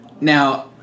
now